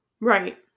right